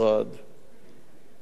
היו הרבה קשיים,